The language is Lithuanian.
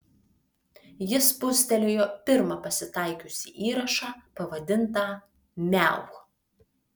ji spustelėjo pirmą pasitaikiusį įrašą pavadintą miau